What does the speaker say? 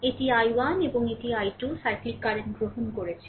এটি I1 এবং এটি I2 সাইক্লিক কারেন্ট গ্রহণ করেছে